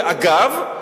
ואגב,